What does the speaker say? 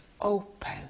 open